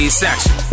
section